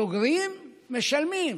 סוגרים, משלמים.